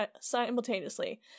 simultaneously